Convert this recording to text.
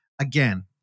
Again